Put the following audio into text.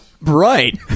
Right